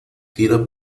tira